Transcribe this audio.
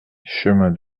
chemin